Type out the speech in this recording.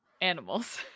animals